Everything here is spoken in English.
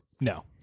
no